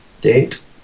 date